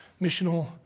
missional